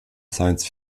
science